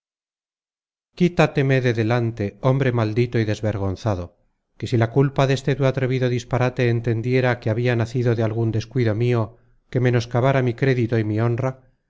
quítateme de delante hombre maldito y desvergonzado que si la culpa deste tu atrevido disparate entendiera que habia nacido de algun descuido mio que menoscabara mi crédito y mi honra